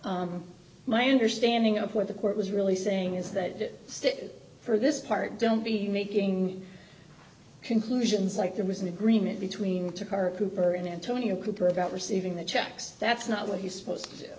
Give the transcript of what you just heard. forth my understanding of what the court was really saying is that stick for this part don't be making conclusions like there was an agreement between the car cooper and antonio cooper about receiving the checks that's not what he's supposed to